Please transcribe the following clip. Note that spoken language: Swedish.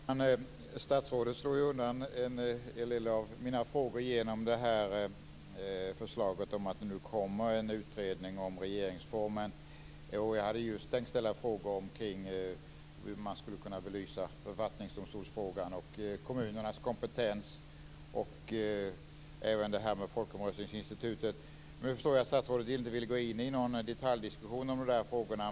Fru talman! Statsrådet slog undan en hel del av mina frågor när hon talade om att det kommer en utredning om regeringsformen. Jag hade just tänkt ställa frågor om författningsdomstolen, kommunernas kompetens och även detta med folkomröstningsinstituten. Jag förstår att statsrådet inte vill gå in i någon detaljdiskussion om dessa frågor.